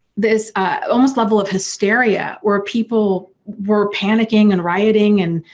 this almost level of hysteria where people were panicking and rioting and